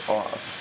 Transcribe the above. off